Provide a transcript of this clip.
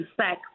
sex